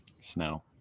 snow